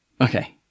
okay